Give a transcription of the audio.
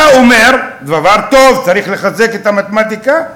אתה אומר דבר טוב: צריך לחזק את המתמטיקה,